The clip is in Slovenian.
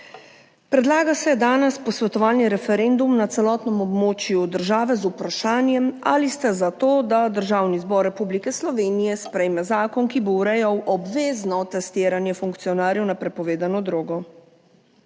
predlaga se danes posvetovalni referendum na celotnem območju države z vprašanjem ali ste za to, da Državni zbor Republike Slovenije sprejme zakon, ki bo urejal obvezno testiranje funkcionarjev na prepovedano drogo.